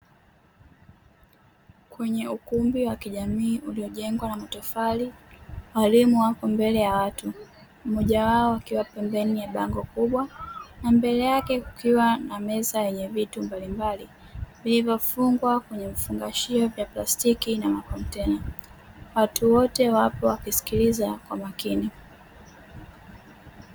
Kwenye ukumbi wa kijamii uliojengwa na matofali, walimu wako mbele ya watu; mmoja wao akiwa pembeni ya bango kubwa na mbele yake kukiwa na meza yenye vitu mbalimbali vilivyofungwa kwenye vifungashio vya plastiki na makontena. Watu wote wapo wakisikiliza kwa makini.